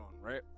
right